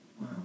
Wow